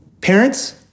parents